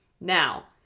Now